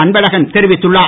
அன்பழகன் தெரிவித்துள்ளார்